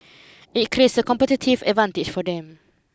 it creates a competitive advantage for them